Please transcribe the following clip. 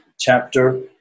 Chapter